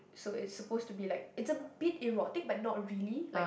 so it supposed be like it's a bit erotic but not really like